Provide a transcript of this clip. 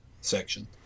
section